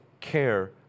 care